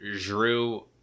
Drew